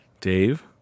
Dave